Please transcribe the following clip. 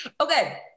okay